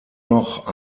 noch